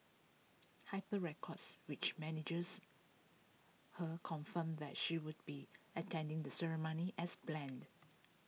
hype records which manages her confirmed that she would be attending the ceremony as planned